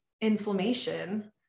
inflammation